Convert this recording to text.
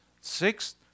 Sixth